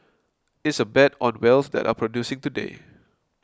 it's a bet on wells that are producing today